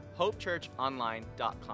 hopechurchonline.com